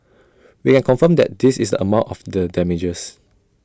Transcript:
we can confirm that this is the amount of the damages